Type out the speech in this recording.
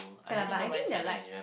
can lah but I think they are like